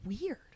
weird